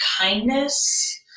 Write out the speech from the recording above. kindness